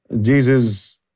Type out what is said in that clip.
Jesus